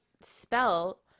spell